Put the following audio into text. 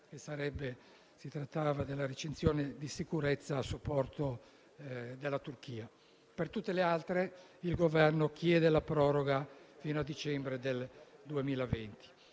si trattava della recinzione di sicurezza a supporto della Turchia. Per tutte le altre, il Governo chiede la proroga fino a dicembre del 2020.